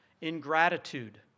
ingratitude